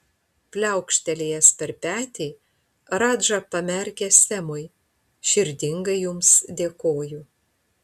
pliaukštelėjęs per petį radža pamerkė semui širdingai jums dėkoju